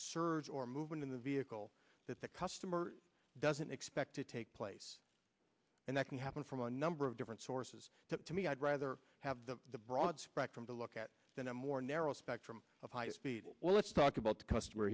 search or movement in the vehicle that the customer doesn't expect to take place and that can happen from a number of different sources that to me i'd rather have the broad spectrum to look at than a more narrow spectrum of high speed well let's talk about customer